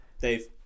Dave